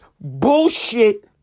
bullshit